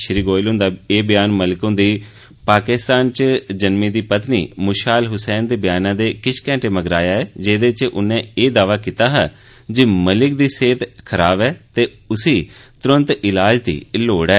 श्री गोयल हुंदा व्यान मलिक दी पाकिस्तान च जन्मी दी पत्नी मुशाल हुसैन दे व्यानै दे किश घैंटे मगरा आया ऐ जेह्दे च उन्नै दावा कीता ऐ जे मलिक दी सेह्त खराब ऐ ते उनेंगी तुरंत ईलाज दी लोड़ ऐ